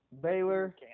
Baylor